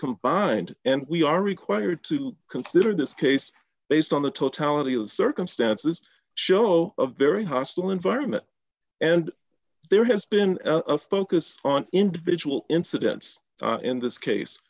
combined and we are required to consider this case based on the totality of circumstances show a very hostile environment and there has been a focus on individual incidents in this case